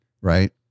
right